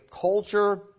culture